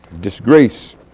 disgrace